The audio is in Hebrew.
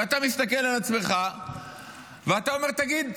אתה מסתכל על עצמך ואתה אומר: תגיד,